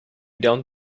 done